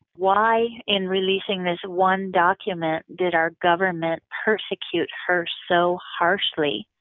why in releasing this one document did our government persecute her so harshly?